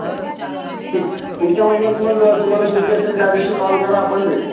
हां ठीक आहे पुढच्या महिन्यात मग तुम्हाला सुट्टी असेल त्या दिवशी कॉल करा आपण भेटू